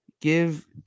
give